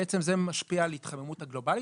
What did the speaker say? בעצם זה משפיע על ההתחממות הגלובלית,